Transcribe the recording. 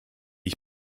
ich